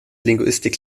linguistic